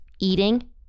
eating